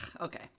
okay